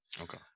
okay